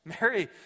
Mary